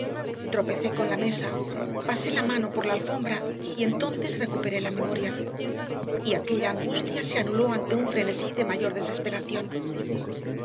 tropecé con la mesa pasé la mano por la alfombra y entonces recuperé la memoria y aquella angustia se anuló ante un frenesí de mayor desesperación